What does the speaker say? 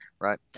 right